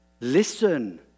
listen